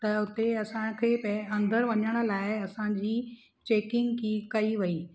त उते असांखे पै अंदर वञण लाइ असांजी चैकिंग की कई वई